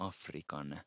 Afrikan